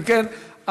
אם כן,